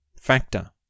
factor